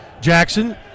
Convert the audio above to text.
Jackson